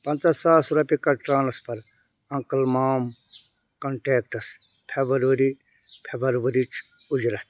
پَنٛژاہ ساس رۄپیہِ کَر transfer uncle mom contacts February February یِچ اُجرت